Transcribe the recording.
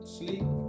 sleep